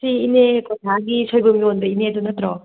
ꯁꯤ ꯏꯅꯦ ꯀꯣꯊꯥꯒꯤ ꯁꯣꯏꯕꯨꯝ ꯌꯣꯟꯕ ꯏꯅꯦꯗꯨ ꯅꯠꯇ꯭ꯔꯣ